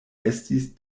estis